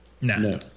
no